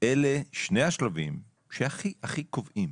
אלה שני השלבים שהכי קובעים.